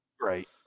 Right